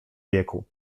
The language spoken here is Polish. wieku